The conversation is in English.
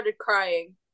crying